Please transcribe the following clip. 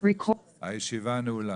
הישיבה ננעלה